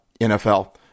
NFL